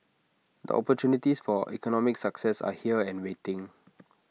the opportunities for economic success are here and waiting